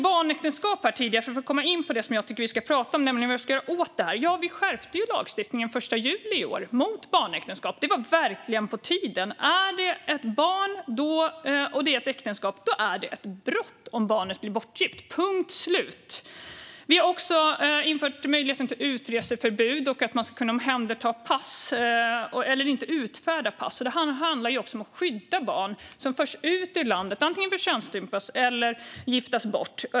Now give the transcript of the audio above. För att komma in på det som jag tycker att vi ska prata om, nämligen vad vi ska göra åt det här, var vi tidigare inne på barnäktenskap. Den 1 juli i år skärpte vi lagstiftningen mot barnäktenskap, och det var verkligen på tiden. Handlar det om ett barn och ett äktenskap är det ett brott om barnet blir bortgift - punkt slut! Vi har också infört möjligheten till utreseförbud och att inte utfärda pass. Det här handlar ju också om att skydda barn som förs ut ur landet antingen för att könsstympas eller för att giftas bort.